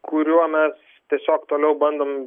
kuriuo mes tiesiog toliau bandom